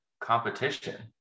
competition